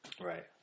Right